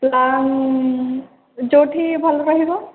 ନାଇଁ ଯୋଉଠି ଭଲ ରହିବ